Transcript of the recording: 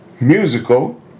musical